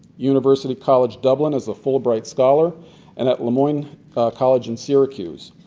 university college dublin as a fulbright scholar and at le moyne college in syracuse.